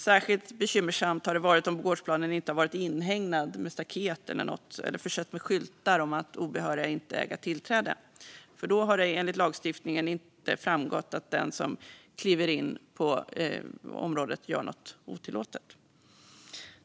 Särskilt bekymmersamt har det varit om gårdsplanen inte har varit inhägnad med staket eller försetts med skyltar om att obehöriga inte äga tillträde. Då har det nämligen enligt lagstiftningen inte framgått att den som kliver in på området gör något otillåtet.